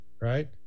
Right